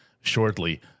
shortly